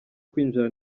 kwinjira